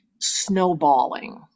snowballing